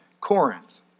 Corinth